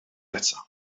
eto